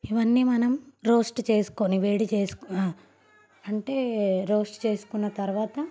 ఇవన్నీ మనం రోస్ట్ చేసుకుని వేడి చేసుకుని అంటే రోస్ట్ చేసుకున్న తర్వాత